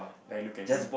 then I look at him